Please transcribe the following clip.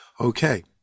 okay